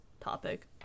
topic